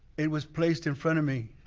it was placed in front of me